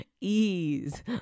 Ease